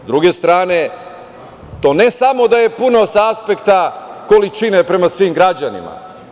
S druge strane, to ne samo da je puno sa aspekta količine prema svim građanima.